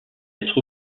être